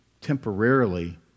temporarily